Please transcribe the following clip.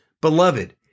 Beloved